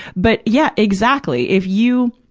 but yeah, exactly. if you,